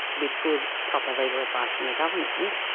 with good proper legal advice from the government,